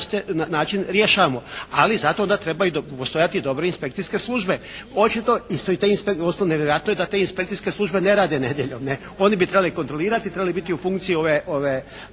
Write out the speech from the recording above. način rješavamo. Ali, zato onda treba postojati i dobre inspekcijske službe. Nevjerojatno je da te inspekcijske službe ne rade nedjeljom, ne. Oni bi trebali kontrolirati, trebali bi biti u funkciji ove